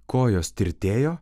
kojos tirtėjo